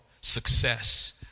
success